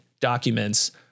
documents